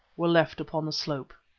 were left upon the slope.